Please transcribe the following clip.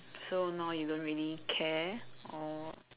so now you don't really care or